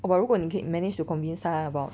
oh but 如果你可以 manage to convince 他 about